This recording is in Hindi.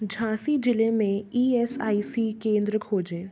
झाँसी ज़िले में ई एस आई सी केंद्र खोजें